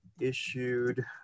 Issued